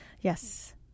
Yes